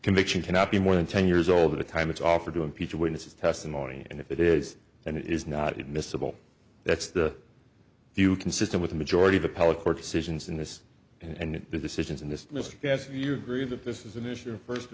conviction cannot be more than ten years old at a time it's offered to impeach a witness's testimony and if it is and it is not it miscible that's the view consistent with the majority of appellate court decisions in this and the decisions in this list as you agree that this is an issue of first